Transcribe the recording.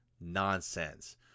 nonsense